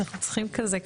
אנחנו צריכים כזה,